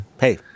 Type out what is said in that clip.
hey